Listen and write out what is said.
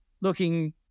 looking